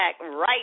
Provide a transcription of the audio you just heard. right